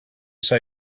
say